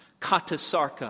katasarka